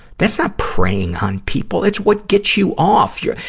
that's not preying on people it's what gets you off. you,